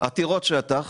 עתירות שטח,